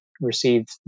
received